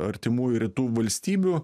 artimųjų rytų valstybių